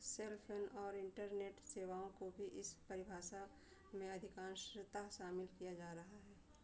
cellphone और internet सेवाओं को भी इस परिभाषा में अधिकांशत शामिल किया जा रहा है